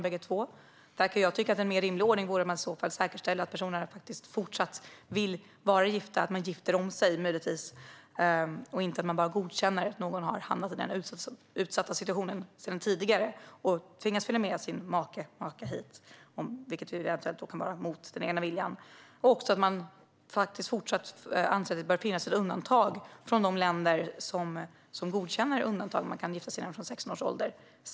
Det vore kanske en mer rimlig ordning att man i sådana fall säkerställer att personerna fortfarande vill vara gifta genom att de gifter om sig, inte att man bara godkänner att någon tidigare har hamnat i en utsatt situation och tvingats följa med sin make hit. Det kan vara mot den egna viljan. Enligt förslaget ska det i fortsättningen också finnas ett undantag för personer från de länder som godkänner att man kan gifta sig från 16 års ålder.